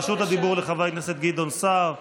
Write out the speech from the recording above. רשות הדיבור לחבר הכנסת גדעון סער, בבקשה.